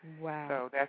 Wow